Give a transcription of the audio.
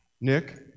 Nick